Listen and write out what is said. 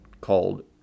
called